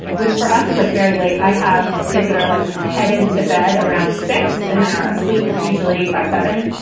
which for us is like very late. i have kids that are like headed to bed around six and then are asleep usually by seven